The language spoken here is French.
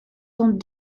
sont